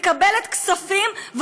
מקבלת כספים,